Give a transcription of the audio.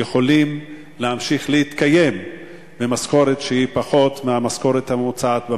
יכולים להמשיך ולהתקיים ממשכורת שהיא פחות מהמשכורת הממוצעת במשק?